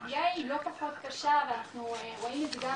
הפגיעה היא לא פחות קשה ואנחנו רואים את זה גם